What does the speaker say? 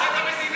רוצה את המדינה.